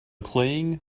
playing